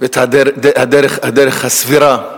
ואת הדרך הסבירה,